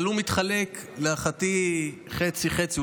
הוא מתחלק להערכתי חצי חצי,